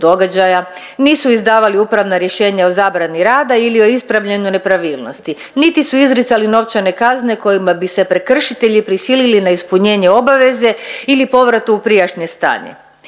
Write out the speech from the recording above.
događaja, nisu izdavali upravna rješenja o zabrani rada ili o ispravljenoj nepravilnosti, niti su izricali novčane kazne kojima bi se prekršitelji prisilili na ispunjenje obaveze ili povratu u prijašnje stanje.